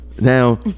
now